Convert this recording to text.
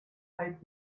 alt